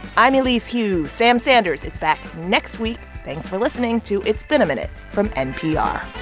i'm elise hu. sam sanders is back next week. thanks for listening to it's been a minute from npr